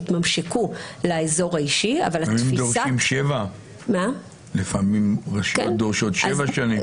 יתממשקו לאזור האישי --- לפעמים רשויות דורשות 7 שנים.